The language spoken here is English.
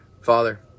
Father